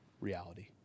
reality